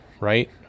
Right